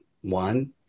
one